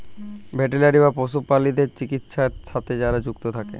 veterinary বা পশু প্রালিদ্যার চিকিৎছার সাথে যারা যুক্ত থাক্যে